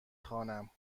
خوانم